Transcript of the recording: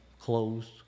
closed